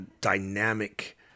dynamic